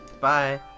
Bye